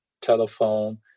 telephone